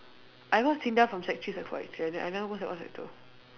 I go SINDA from sec three sec four actually then I never go sec one sec two